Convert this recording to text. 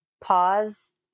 Pause